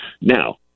Now